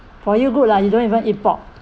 for you good lah you don't even eat pork